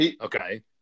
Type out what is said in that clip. Okay